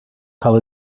cael